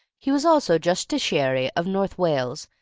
he was also justiciary of north wales,